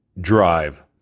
Drive